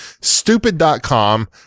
stupid.com